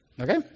Okay